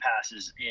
passes